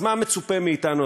אז מה מצופה מאתנו,